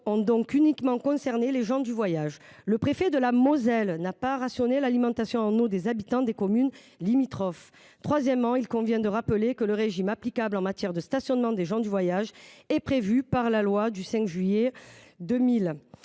ont donc uniquement concerné les gens du voyage : le préfet de la Moselle n’a pas rationné l’alimentation en eau des habitants des communes limitrophes ! Troisièmement, il convient de rappeler que le régime applicable en matière de stationnement des gens du voyage est déterminé par la loi du 5 juillet 2000